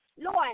Lord